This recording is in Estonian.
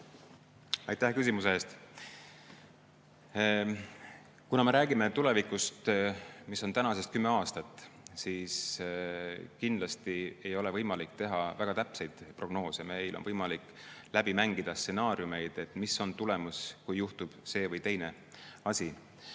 Aitäh küsimuse eest! Kuna me räägime tulevikust, mis on tänasest kümme aastat, siis kindlasti ei ole võimalik teha väga täpseid prognoose. Meil on võimalik läbi mängida stsenaariumeid, mis on tulemus, kui juhtub see või teine asi,